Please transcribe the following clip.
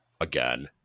again